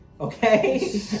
Okay